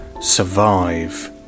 survive